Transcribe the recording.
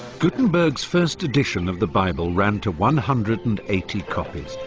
gutenberg's first edition of the bible ran to one hundred and eighty copies,